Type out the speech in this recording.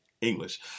English